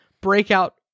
breakout